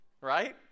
right